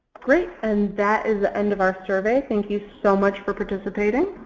great. and that is the end of our survey. thank you so much for participating.